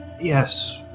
yes